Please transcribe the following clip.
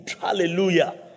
Hallelujah